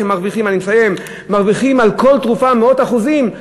שמרוויחות על כל תרופה מאות אחוזים.